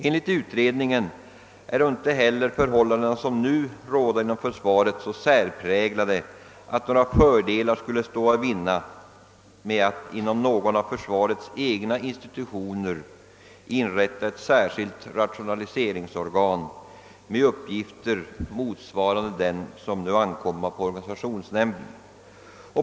Enligt utredningens uppfattning äro icke heller de förhållanden, som råda inom försvaret, så särpräglade att några fördelar skulle stå att vinna med att inom någon av försvarets egna institutioner inrätta ett särskilt rationaliseringsorgan med uppgifter motsvarande dem, som nu ankomma på organisationsnämnden.